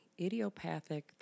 idiopathic